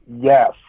Yes